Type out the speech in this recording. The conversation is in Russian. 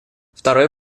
второй